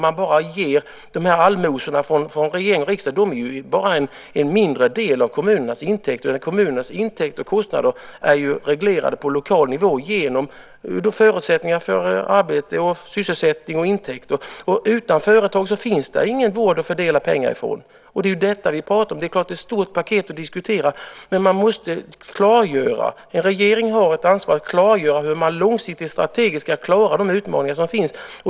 Man ger allmosor från regering och riksdag. De är ju bara en mindre del av kommunernas intäkter. Kommunernas intäkter och kostnader är ju reglerade på lokal nivå genom förutsättningar för arbete, sysselsättning och intäkter. Utan företag finns det ingen vård att fördela pengar från. Det är ett stort paket att diskutera, men en regering har ett ansvar att klargöra hur man långsiktigt strategiskt ska klara de utmaningar som finns.